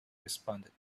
responded